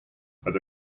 but